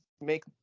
make